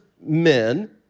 men